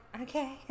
okay